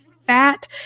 fat